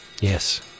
Yes